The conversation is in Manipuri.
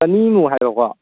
ꯆꯅꯤꯃꯨꯛ ꯍꯥꯏꯕꯀꯣ